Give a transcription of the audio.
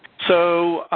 so,